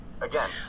Again